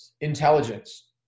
intelligence